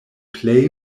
plej